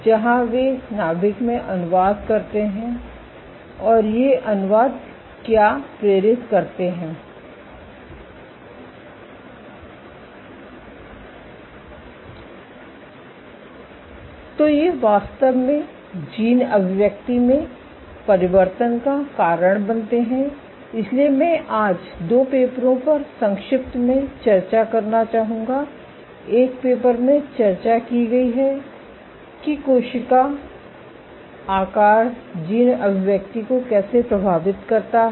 जहां वे नाभिक में अनुवाद करते हैं और ये अनुवाद क्या प्रेरित करते हैं तो ये वास्तव में जीन अभिव्यक्ति में परिवर्तन का कारण बनते हैं इसलिए मैं आज दो पेपरों पर संक्षेप में चर्चा करना चाहूंगा एक पेपर में चर्चा की गई है कि कोशिका आकार जीन अभिव्यक्ति को कैसे प्रभावित करता है